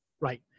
Right